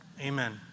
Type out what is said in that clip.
Amen